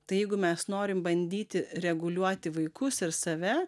tai jeigu mes norim bandyti reguliuoti vaikus ir save